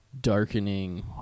darkening